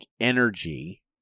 energy